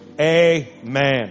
amen